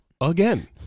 again